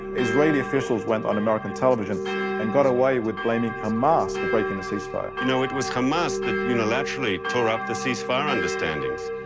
israeli officials went on american television and got away with blaming hamas for breaking the ceasefire. you know, it was hamas that unilaterally tore up the ceasefire understandings.